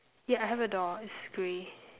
yeah I have a door it's grey